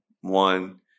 one